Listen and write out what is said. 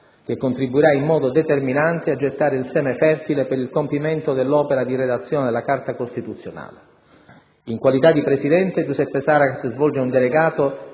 che contribuirà in modo determinante a gettare il seme fertile per il compimento dell'opera di redazione della Carta costituzionale. In qualità di Presidente, Giuseppe Saragat svolge un delicato